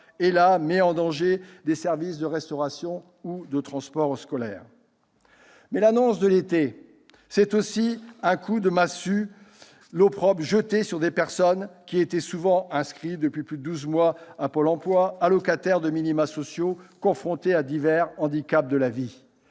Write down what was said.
elle met en danger des services de restauration ou de transport scolaires. L'annonce de l'été, c'est aussi un coup de massue, l'opprobre jeté sur des personnes souvent inscrites depuis plus de douze mois à Pôle emploi, allocataires de minimas sociaux, confrontées à divers handicaps de la vie